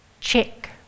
check